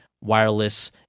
wireless